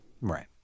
Right